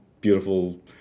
beautiful